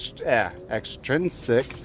extrinsic